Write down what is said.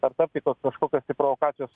ar tapti tos kažkokios tai provokacijos